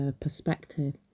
perspective